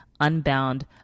unbound